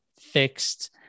fixed